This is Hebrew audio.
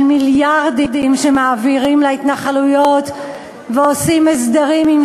על מיליארדים שמעבירים להתנחלויות והסדרים שעושים